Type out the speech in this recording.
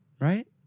right